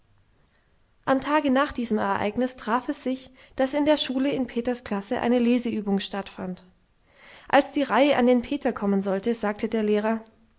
am tage nach diesem ereignis traf es sich daß in der schule in peters klasse eine leseübung stattfand als die reihe an den peter kommen sollte sagte der lehrer